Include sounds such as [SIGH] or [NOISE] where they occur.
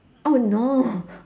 oh no [BREATH]